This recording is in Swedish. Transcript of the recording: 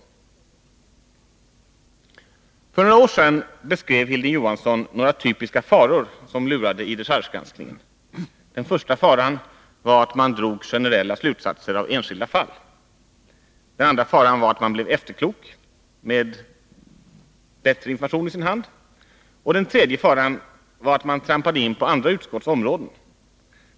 För några år sedan beskrev Hilding Johansson några typiska faror som lurade i dechargegranskningen. Den första faran var att man drog generella slutsatser av enskilda fall. Den andra faran var att man blev efterklok — med bättre information i sin hand — och den tredje var att man trampade in på andra utskotts områden.